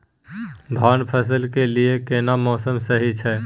धान फसल के लिये केना मौसम सही छै?